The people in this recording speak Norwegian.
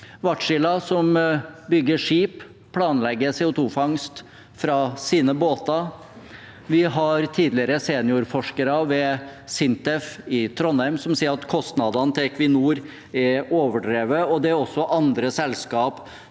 Wärtsilä, som bygger skip, planlegger CO2-fangst fra sine båter. Vi har tidligere seniorforskere ved SINTEF i Trondheim som sier at kostnadene til Equinor er overdrevne, og det er også andre selskaper